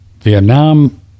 Vietnam